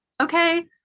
okay